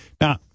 Now